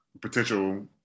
potential